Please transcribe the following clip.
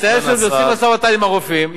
נתאר שעושים משא-ומתן עם הרופאים,